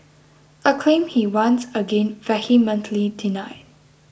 a claim he once again vehemently denied